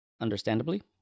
understandably